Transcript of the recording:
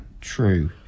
true